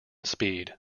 speed